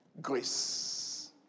Grace